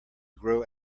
grow